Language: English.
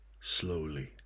slowly